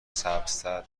سبزتر